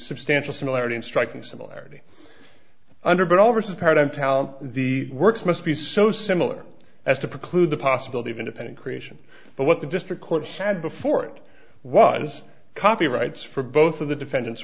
substantial similarity in striking similarity under but all versus part of town the works must be so similar as to preclude the possibility of independent creation but what the district court had before it was copyrights for both of the defendant